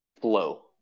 flow